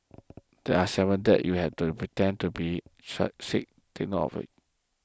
there are seven dates you have to pretend to be sick take note of